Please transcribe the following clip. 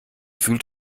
fühlt